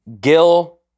Gil